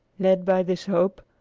led by this hope,